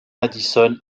madison